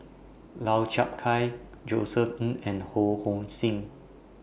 Lau Chiap Khai Josef Ng and Ho Hong Sing